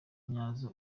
nyazo